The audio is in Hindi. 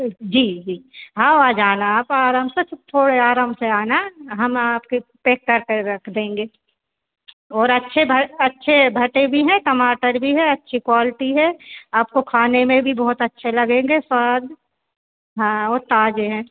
जी जी हाँ आ जाना आप आराम से सब थोड़े आराम से आना हम आपके पेक करके रख देंगे ओर अच्छे अच्छे भटे भी हैं टमाटर भी है अच्छी क्वालटी है आपको खाने में भी बहुत अच्छे लगेंगे स्वाद हाँ वो ताजे हैं